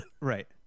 Right